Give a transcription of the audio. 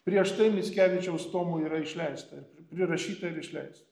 prieš tai mickevičiaus tomų yra išleista ir pri prirašyta ir išleista